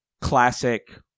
classic